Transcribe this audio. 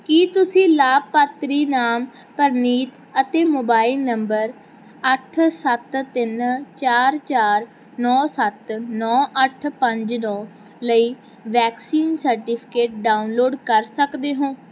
ਕੀ ਤੁਸੀਂ ਲਾਭਪਾਤਰੀ ਨਾਮ ਪ੍ਰਨੀਤ ਅਤੇ ਮੋਬਾਈਲ ਨੰਬਰ ਅੱਠ ਸੱਤ ਤਿੰਨ ਚਾਰ ਚਾਰ ਨੌਂ ਸੱਤ ਨੌਂ ਅੱਠ ਪੰਜ ਨੌਂ ਲਈ ਵੈਕਸੀਨ ਸਰਟੀਫਿਕੇਟ ਡਾਊਨਲੋਡ ਕਰ ਸਕਦੇ ਹੋ